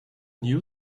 new